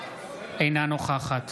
אינה נוכחת